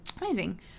Amazing